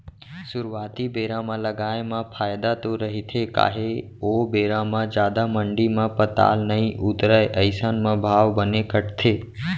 सुरुवाती बेरा म लगाए म फायदा तो रहिथे काहे ओ बेरा म जादा मंडी म पताल नइ उतरय अइसन म भाव बने कटथे